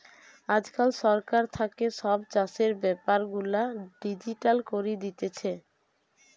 আজকাল সরকার থাকে সব চাষের বেপার গুলা ডিজিটাল করি দিতেছে